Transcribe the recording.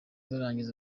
barangiza